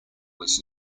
was